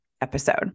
episode